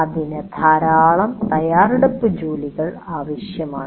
ഇതിന് ധാരാളം തയ്യാറെടുപ്പ് ജോലികൾ ആവശ്യമാണ്